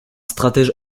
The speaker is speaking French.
stratège